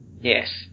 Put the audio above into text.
Yes